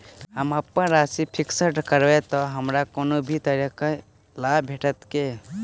हम अप्पन राशि फिक्स्ड करब तऽ हमरा कोनो भी तरहक लाभ भेटत की?